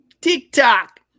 TikTok